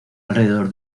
alrededor